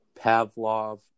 Pavlov